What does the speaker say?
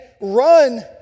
run